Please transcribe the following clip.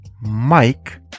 Mike